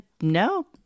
no